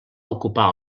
ocupar